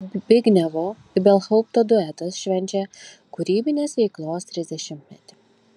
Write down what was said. zbignevo ibelhaupto duetas švenčia kūrybinės veiklos trisdešimtmetį